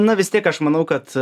na vis tiek aš manau kad